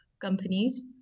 companies